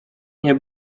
nie